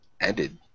ended